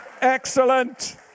Excellent